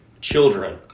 children